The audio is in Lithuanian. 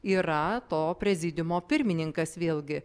yra to prezidiumo pirmininkas vėlgi